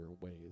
ways